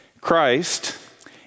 Christ